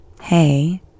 hey